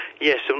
Yes